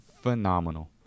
Phenomenal